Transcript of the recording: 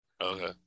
Okay